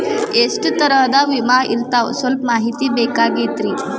ಎಷ್ಟ ತರಹದ ವಿಮಾ ಇರ್ತಾವ ಸಲ್ಪ ಮಾಹಿತಿ ಬೇಕಾಗಿತ್ರಿ